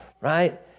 right